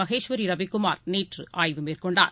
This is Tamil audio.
மகேஸ்வரிரவிக்குமார் நேற்றுஆய்வு மேற்கொண்டார்